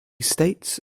states